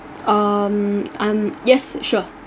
um I'm yes sure